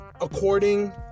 according